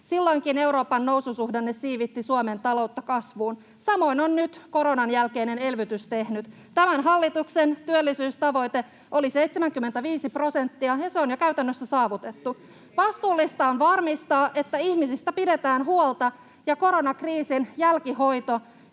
Silloinkin Euroopan noususuhdanne siivitti Suomen taloutta kasvuun. Samoin on nyt koronan jälkeinen elvytys tehnyt. Tämän hallituksen työllisyystavoite oli 75 prosenttia, ja se on jo käytännössä saavutettu. [Kokoomuksen ryhmästä: Ei ole!] Vastuullista on varmistaa, että ihmisistä pidetään huolta ja koronakriisin jälkihoito